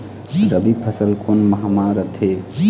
रबी फसल कोन माह म रथे?